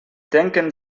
denken